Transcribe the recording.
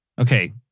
Okay